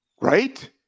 Right